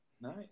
nice